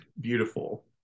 beautiful